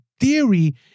theory